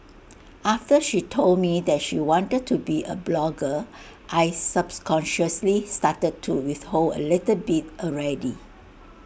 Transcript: after she told me that she wanted to be A blogger I subs consciously started to withhold A little bit already